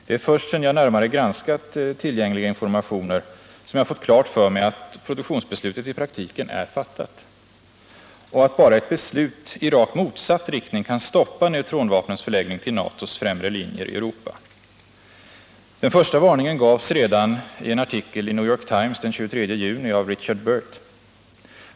Det är först sedan jag närmare granskat tillgängliga informationer som jag fått klart för mig att produktionsbeslutet i praktiken är fattat och att bara ett beslut i rakt motsatt riktning kan stoppa neutronvapnens förläggning till NATO:s främre linje i Europa. Den första varningen gavs redan den 23 juni i en artikel i New York Times av Richard Burt.